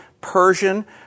Persian